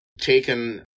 taken